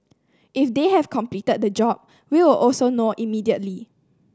if they have completed the job we will also know immediately